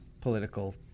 political